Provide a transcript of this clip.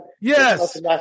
Yes